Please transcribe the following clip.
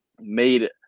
made